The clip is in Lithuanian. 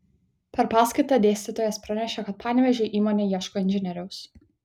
per paskaitą dėstytojas pranešė kad panevėžio įmonė ieško inžinieriaus